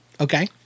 Okay